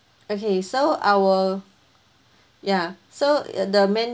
okay so our ya so the main